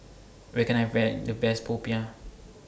Where Can I Find The Best Popiah